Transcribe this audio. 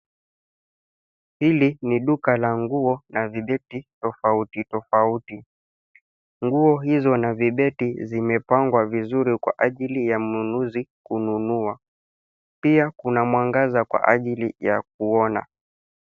Hili ni duka la nguo na vibeti tofauti tofauti. Nguo hizo na vibeti zimepangwa vizuri kwa ajili ya mnunuzi kununua. Pia kuna mwangaza kwa ajili ya kuona.